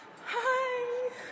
Hi